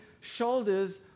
shoulders